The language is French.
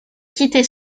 quitter